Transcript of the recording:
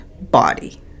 body